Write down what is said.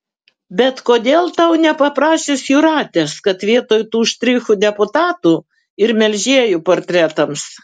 bet kodėl tau nepaprašius jūratės kad vietoj tų štrichų deputatų ir melžėjų portretams